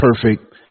perfect